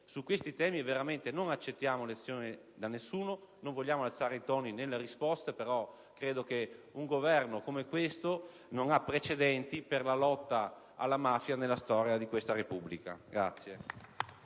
Su questi temi dunque non accettiamo lezioni da nessuno, anche se non vogliamo alzare i toni nelle risposte: credo che un Governo come questo non abbia precedenti per la lotta alla mafia nella storia della nostra Repubblica.